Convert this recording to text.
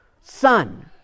Son